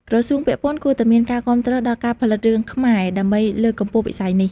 ក្រសួងពាក់ព័ន្ធគួរតែមានការគាំទ្រដល់ការផលិតរឿងខ្មែរដើម្បីលើកកម្ពស់វិស័យនេះ។